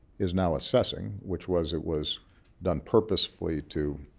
is now assessing, which was it was done purposefully to